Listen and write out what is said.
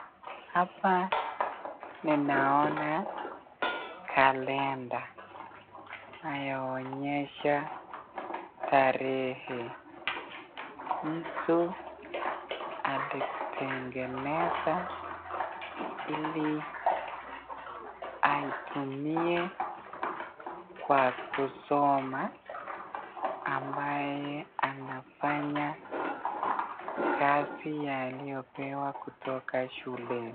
Hapana ninaona kalenda inayonyesha tarehe, mtu alitengeneza ili aitumie kwa kusoma, ambaye anafanya kazi aliyopewa kutoka shuleni.